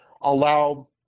allow